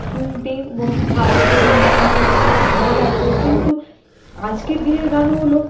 শুনতে এবং ভাবতে মনে করতে ভালো লাগতো কিন্তু আজকের দিনের গানগুলো